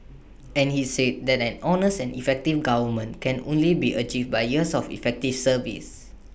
and he said that an honest and effective government can only be achieved by years of effective service